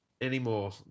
anymore